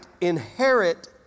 inherit